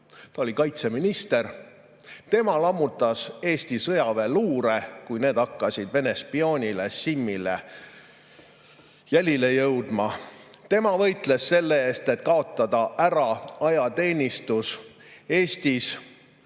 Ta oli kaitseminister. Tema lammutas Eesti sõjaväeluure, kui need hakkasid Vene spioonile Simmile jälile jõudma. Tema võitles selle eest, et kaotada Eestis ära ajateenistus.